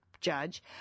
judge